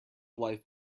life